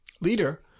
leader